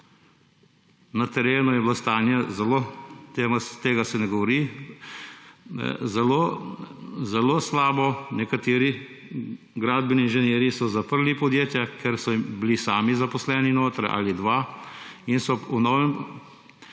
Na terenu je bilo stanje zelo – tega se ne govori – zelo slabo. Nekateri gradbeni inženirji so zaprli podjetja, ker so bili sami zaposleni ali sta bila dva in so po novem